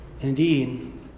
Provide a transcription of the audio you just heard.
Indeed